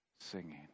singing